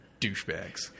Douchebags